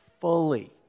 fully